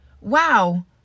Wow